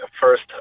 first